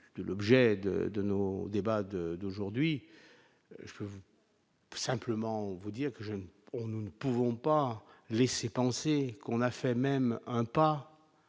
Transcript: de l'objet de de nos débats de d'aujourd'hui, je peux vous. Simplement vous dire que j'aime, on nous ne pouvons pas laisser penser qu'on a fait même un pas